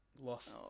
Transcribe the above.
lost